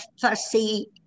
fussy